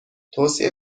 توصیه